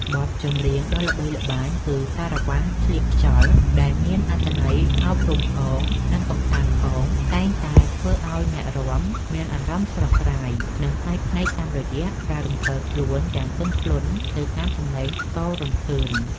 បទចម្រៀងដ៏ល្បីល្បាញគឺ សារ៉ាវ៉ាន់ស្លៀកខ្យល់ ដែលមានអត្ថន័យអប់រំផង និងកម្សាន្តផង តែងតែធ្វើឱ្យអ្នករាំមានអារម្មណ៍ស្រស់ស្រាយ និងប្លែកភ្នែកតាមរយៈការរំកិលខ្លួនយ៉ាងទន់ភ្លន់ទៅតាមសម្លេងស្គររន្ថើន។